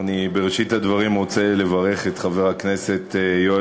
בראשית הדברים אני רוצה לברך את חבר הכנסת יואל